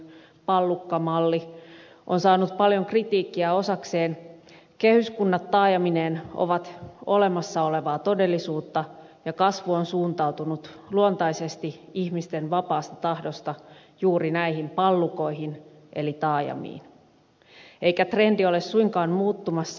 pallukkamalli on saanut paljon kritiikkiä osakseen kehyskunnat taajamineen ovat olemassa olevaa todellisuutta ja kasvu on suuntautunut luontaisesti ihmisten vapaasta tahdosta juuri näihin pallukoihin eli taajamiin eikä trendi ole suinkaan muuttumassa